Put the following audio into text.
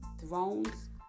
thrones